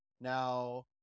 Now